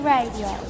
Radio